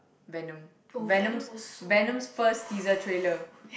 Venom Venom's Venom's first teaser trailer